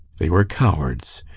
they were cowards,